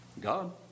God